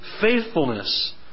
faithfulness